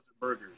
burgers